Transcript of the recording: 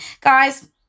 Guys